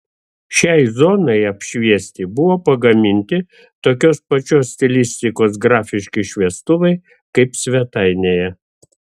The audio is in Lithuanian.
šiai zonai apšviesti buvo pagaminti tokios pačios stilistikos grafiški šviestuvai kaip svetainėje